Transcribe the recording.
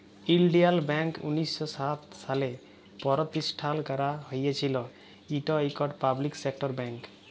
ইলডিয়াল ব্যাংক উনিশ শ সাত সালে পরতিষ্ঠাল ক্যারা হঁইয়েছিল, ইট ইকট পাবলিক সেক্টর ব্যাংক